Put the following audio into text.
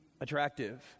attractive